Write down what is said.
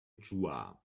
chua